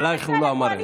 עלייך הוא לא אמר את זה.